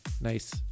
nice